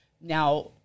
Now